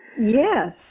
Yes